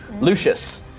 lucius